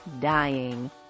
dying